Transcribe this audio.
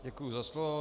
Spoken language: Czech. Děkuji za slovo.